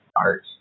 art